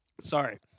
sorry